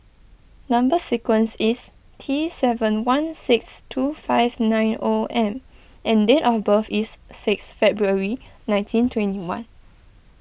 Number Sequence is T seven one six two five nine O M and date of birth is six February nineteen twenty one